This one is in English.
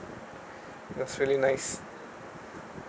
it was really nice